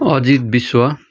अजित विश्व